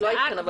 את לא היית כאן,